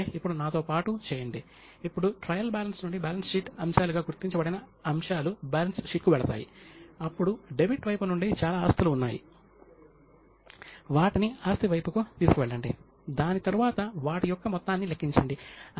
ప్రపంచ ఆర్థిక చరిత్ర గురించి ఒక ముఖ్యమైన ప్రాజెక్టుకు అంగస్ మాడిసన్ బాధ్యత వహించారు ఇది OECD అభివృద్ధి అధ్యయనాల కేంద్రానికి సంబంధించినది